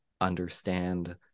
understand